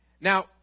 Now